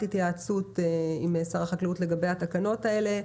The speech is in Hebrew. התייעצות עם שר החקלאות לגבי התקנות האלה.